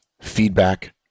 feedback